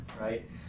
right